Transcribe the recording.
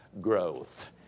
growth